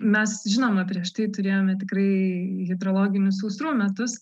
mes žinoma prieš tai turėjome tikrai hidrologinių sausrų metus